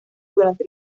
durante